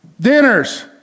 Dinners